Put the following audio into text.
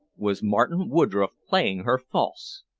was martin woodroffe playing her false?